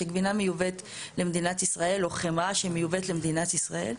שגבינה או חמאה שמיובאת למדינת ישראל,